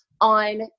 on